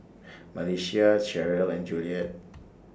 Melissia Cheryle and Juliet